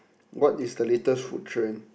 what is the latest food trend